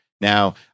Now